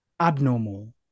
abnormal